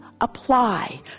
apply